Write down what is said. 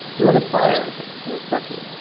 you look at fires in this country.